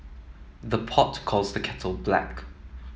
the pot calls the kettle black